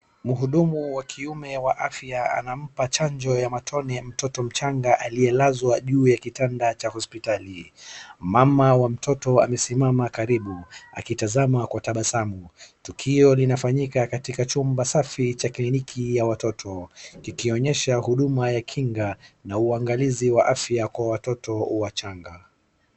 Mhudumu wa kiume wa afya anampa chanjo ya matone mtoto mchanga aliyelazwa juu ya kitanda cha hospitali, mama wa mtoto amesimama karibu, akitazama kwa tabasamu. Tukio linafanyika katika chumba safi cha kliniki ya watoto, kikionyesha huduma ya kinga na uangalizi ya afya kwa watoto wachanga.